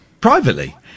privately